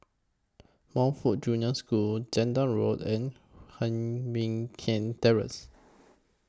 Montfort Junior School Zehnder Road and Heng Mui Keng Terrace